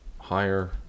higher